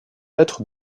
être